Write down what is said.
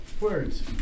words